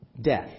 death